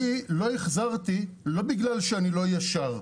אני לא החזרתי לא בגלל שאני לא ישר.